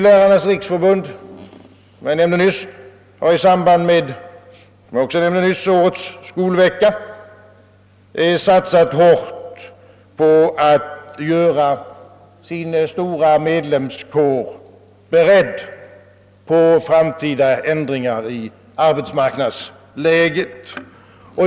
Lärarnas riksförbund, som jag nyss nämnde, har i samband med årets skol vecka, som jag också nämnde nyss, satsat hårt på att göra sin stora medlemskår beredd på framtida ändringar i arbetsmarknadsläget.